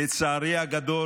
לצערי הגדול,